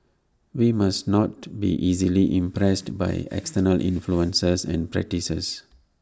we must not be easily impressed by external influences and practices